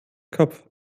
kopf